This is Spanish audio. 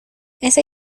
esa